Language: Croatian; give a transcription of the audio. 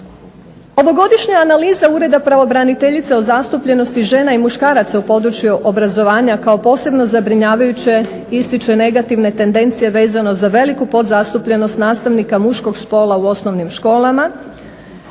Ovogodišnja analiza Ureda pravobraniteljice o zastupljenosti žena i muškaraca u području obrazovanja kao posebno zabrinjavajuće ističe negativne tendencije vezano za veliku podzastupljenost nastavnika muškog spola u osnovnim školama